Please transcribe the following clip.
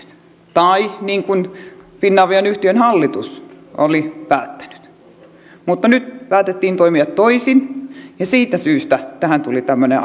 tai niin kuin finavian yhtiön hallitus oli päättänyt mutta nyt päätettiin toimia toisin ja siitä syystä tähän tuli tämmöinen